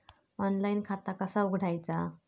Online खाता कसा उघडायचा?